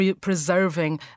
preserving